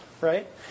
right